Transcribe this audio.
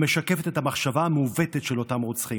המשקפת את המחשבה המעוותת של אותם רוצחים: